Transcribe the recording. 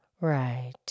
Right